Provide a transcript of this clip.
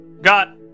got